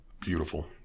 Beautiful